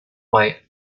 white